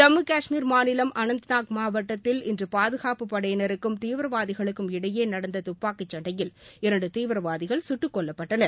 ஜம்மு கஷ்மீர் மாநிலம் அனந்தநாக் மாவட்டத்தில் இன்று பாதுகாப்புப் படையினருக்கும் தீவிரவாதிகளுக்கும் இடையே நடந்த துப்பாக்கிச்சண்டையில் இரண்டு தீவிரவாதிகள் சுட்டுக் கொல்லப்பட்டனர்